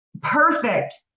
Perfect